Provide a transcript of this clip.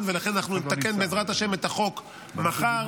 גם פה אנחנו מאריכים את החוק הזה עד 15 בנובמבר.